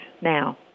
Now